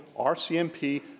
RCMP